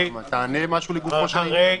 תענה משהו לגופו של עניין.